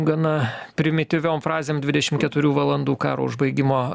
gana primityviom frazėm dvidešim keturių valandų karo užbaigimo